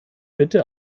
bitte